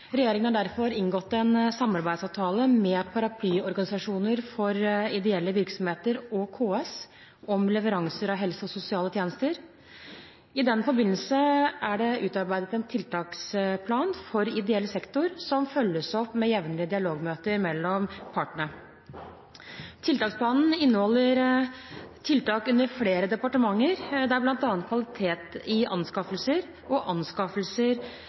Regjeringen har derfor inngått en samarbeidsavtale med paraplyorganisasjoner for ideelle virksomheter og KS om leveranser av helse- og sosialtjenester. I den forbindelse er det utarbeidet en tiltaksplan for ideell sektor som følges opp med jevnlige dialogmøter mellom partene. Tiltaksplanen inneholder tiltak under flere departementer, der bl.a. kvalitet i anskaffelser og anskaffelser